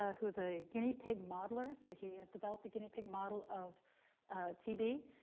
ah who is a guinea pig modeler. so he has developed a guinea pig model of tb.